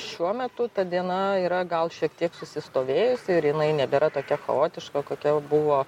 šiuo metu ta diena yra gal šiek tiek susistovėjusi ir jinai nebėra tokia chaotiška kokia buvo